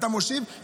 אתה מושיב,